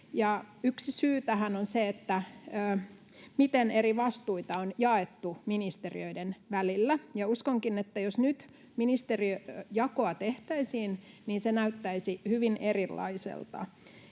Yksi syy tähän on se, miten eri vastuita on jaettu ministeriöiden välillä. Uskonkin, että jos nyt ministeriöjakoa tehtäisiin, niin se näyttäisi hyvin erilaiselta.